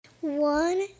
One